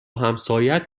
همسایهات